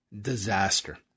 disaster